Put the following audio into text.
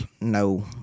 No